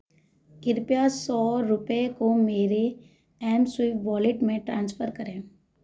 कृपया सौ रुपये को मेरे एम स्विइप वॉलेट में ट्रांसफ़र करें